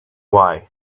why